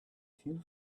few